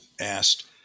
asked